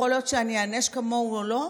יכול להיות שאני איענש כמוהו או לא?